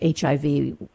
HIV